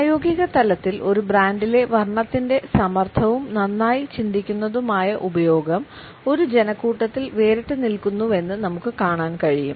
പ്രായോഗിക തലത്തിൽ ഒരു ബ്രാൻഡിലെ വർണ്ണത്തിന്റെ സമർത്ഥവും നന്നായി ചിന്തിക്കുന്നതുമായ ഉപയോഗം ഒരു ജനക്കൂട്ടത്തിൽ വേറിട്ടുനിൽക്കുന്നുവെന്ന് നമുക്ക് കാണാൻ കഴിയും